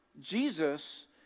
Jesus